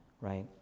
right